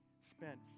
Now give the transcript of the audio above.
spent